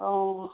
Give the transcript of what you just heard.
অঁ